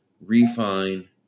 refine